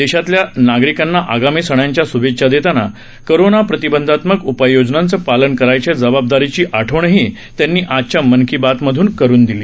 देशातल्या नागरिकांना आगामी सणांच्या शुभेच्छा देताना कोरोना प्रतिबंधात्मक उपाययोजनांचं पालन करायच्या जबाबदारीची आठवणही त्यांनी आजच्या मन की बातमधून करून दिली